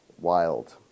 wild